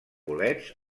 bolets